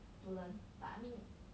to learn like I mean